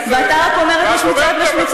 ואתה רק אומר: את משמיצה,